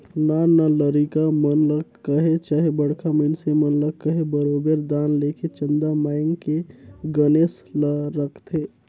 नान नान लरिका मन ल कहे चहे बड़खा मइनसे मन ल कहे बरोबेर दान लेके चंदा मांएग के गनेस ल रखथें